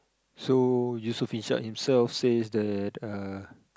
so Yusof-Ishak himself says that uh